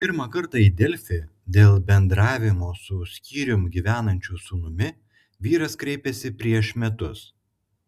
pirmą kartą į delfi dėl bendravimo su skyrium gyvenančiu sūnumi vyras kreipėsi prieš metus